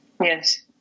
Yes